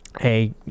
Hey